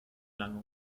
lange